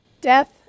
death